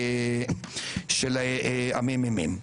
המ.מ.מ.